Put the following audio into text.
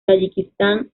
tayikistán